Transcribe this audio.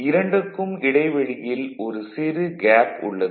இரண்டுக்கும் இடைவெளியில் ஒரு சிறு கேப் உள்ளது